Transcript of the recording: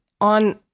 on